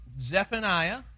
Zephaniah